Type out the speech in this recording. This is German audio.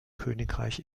königreich